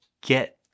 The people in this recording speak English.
get